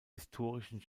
historischen